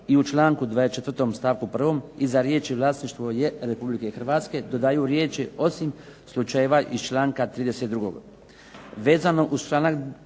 i u članku 24. stavku 1. iza riječi "vlasništvo je Republike Hrvatske" dodaju riječi osim slučajeva iz članka 32.